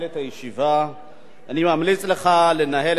אני ממליץ לך לנהל את הישיבה בצורה מאוזנת